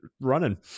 running